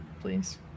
please